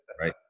right